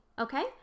Okay